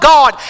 God